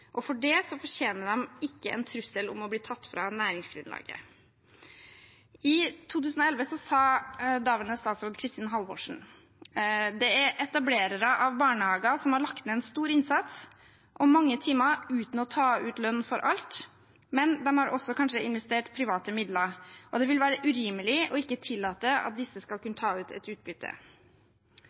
og for det fortjener ikke disse barnehagene en trussel om å bli fratatt næringsgrunnlaget. I 2011 sa daværende statsråd Kristin Halvorsen: Det er etablerere av barnehager som har lagt ned en stor innsats og mange timer uten å ta ut lønn for alt, men de har også kanskje investert private midler, og det vil være urimelig ikke å tillate at disse skal kunne ta ut et utbytte.